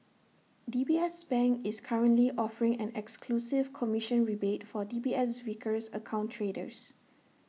D B S bank is currently offering an exclusive commission rebate for D B S Vickers account traders